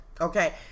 okay